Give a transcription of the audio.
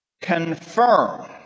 confirm